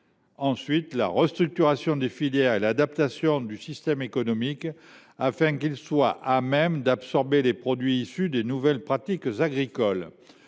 est la restructuration des filières et l’adaptation du système économique, afin qu’il soit à même d’absorber les produits issus des nouvelles pratiques agricoles.